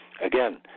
Again